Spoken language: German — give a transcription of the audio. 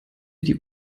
die